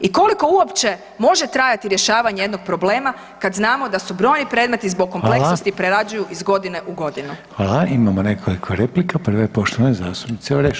I koliko uopće može trajati rješavanje jednog problema kada znamo da su brojni predmetni zbog kompleksnosti prerađuju iz godine u godinu?